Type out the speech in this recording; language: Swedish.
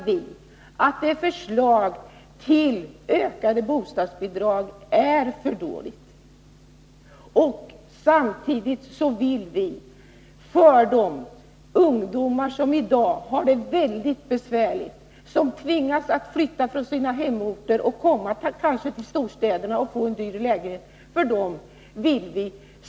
Vi anser att förslaget till ökade bostadsbidrag är för dåligt. Samtidigt vill vi särskilt se till att bostadsbidragen inte totalt urholkas för de ungdomar som i dag har det väldigt besvärligt, nämligen de som tvingas att flytta från sina hemorter till storstäderna och hyra en dyr lägenhet.